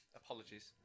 apologies